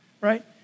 right